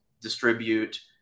distribute